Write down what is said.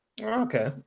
okay